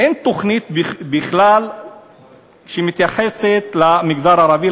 אין בכלל תוכנית שמתייחסת למגזר הערבי,